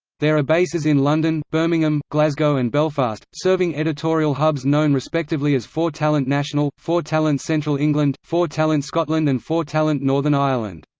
there are bases in london, birmingham, glasgow and belfast, serving editorial hubs known respectively as four talent national, four talent central england, four talent scotland and four talent northern ireland.